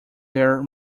their